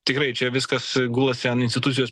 tikrai čia viskas gulasi an institucijos